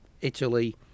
Italy